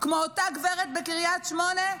כמו אותה גברת בקריית שמונה?